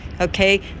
okay